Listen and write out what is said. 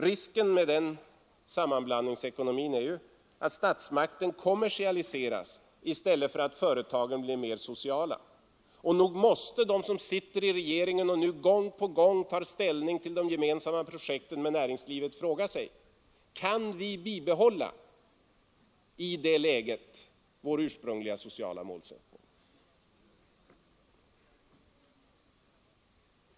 Risken med sammanblandningsekonomin är att statsmakten kommersialiseras i stället för att företagen blir mer sociala. Och nog måste de som sitter i regeringen och nu gång på gång tar ställning till de med näringslivet gemensamma projekten fråga sig: Kan vi i det läget bibehålla vår ursprungliga sociala målsättning?